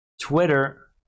Twitter